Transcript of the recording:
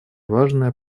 важное